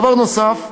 דבר נוסף,